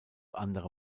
andere